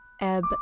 Ebb